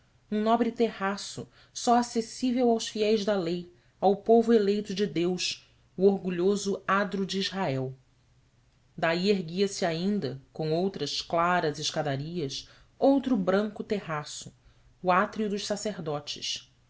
um nobre terraço só acessível aos fiéis da lei ao povo eleito de deus o orgulhoso adro de israel daí erguia-se ainda com outras claras escadarias outro branco terraço o átrio dos sacerdotes